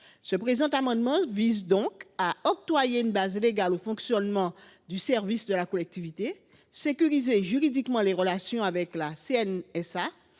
Le présent amendement vise donc à octroyer une base légale au fonctionnement du service de la collectivité, à sécuriser juridiquement les relations avec la CNSA